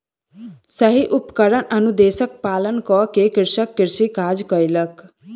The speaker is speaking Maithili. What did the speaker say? सही उपकरण अनुदेशक पालन कअ के कृषक कृषि काज कयलक